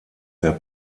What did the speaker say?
der